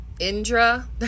Indra